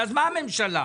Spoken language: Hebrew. מה הממשלה.